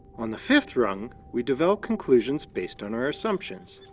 on the fifth rung, we develop conclusions based on our assumptions.